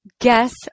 Guess